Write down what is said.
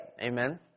amen